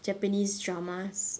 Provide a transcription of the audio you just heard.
japanese dramas